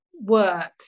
work